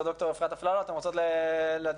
צופית, מהנהגת ההורים הארצית.